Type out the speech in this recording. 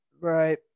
right